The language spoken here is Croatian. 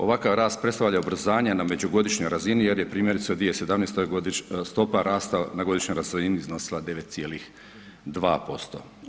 Ovakav rast predstavlja ubrzanje na međugodišnjoj razini jer je primjerice u 2017. stopa rasta na godišnjoj razini iznosila 9,2%